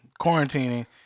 quarantining